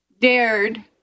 dared